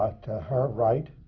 ah to her right